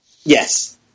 yes